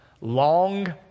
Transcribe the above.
Long